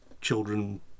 children